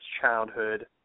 childhood